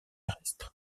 terrestre